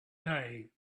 day